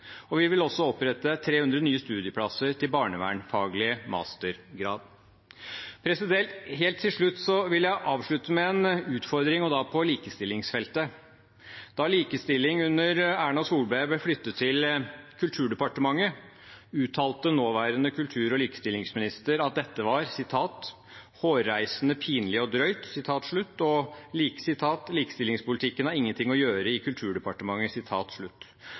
og vi vil også opprette 300 nye studieplasser til barnevernfaglig mastergrad. Helt til slutt vil jeg komme med en utfordring, og da på likestillingsfeltet. Da likestilling under Erna Solberg ble flyttet til Kulturdepartementet, uttalte nåværende kultur- og likestillingsminister at dette var hårreisende, pinlig og drøyt, og at: «Likestillingspolitikken har ingen ting å gjøre i Kulturdepartementet».